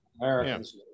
Americans